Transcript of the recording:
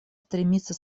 стремится